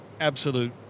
absolute